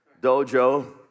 Dojo